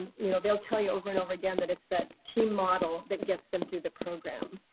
and and you know they'll tell you over and over again, that it's that team model that gets them through the program.